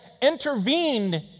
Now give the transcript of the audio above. intervened